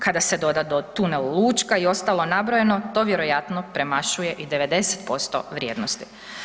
Kada se doda tunel Učka i ostalo nabrojeno, to vjerojatno premašuje i 90% vrijednosti.